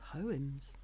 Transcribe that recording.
Poems